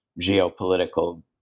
geopolitical